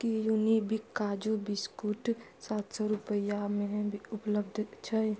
कि युनिबिक काजू बिसकुट सात सओ रुपैआमे उपलब्ध छै